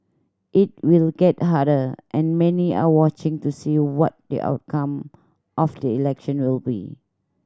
it will get harder and many are watching to see what the outcome of the election will be